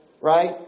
right